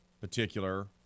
particular